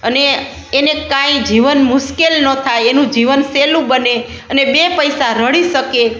અને એને કાંઈ જીવન મુશ્કેલ નો થાય એનું જીવન સહેલું બને અને બે પૈસા રળી શકે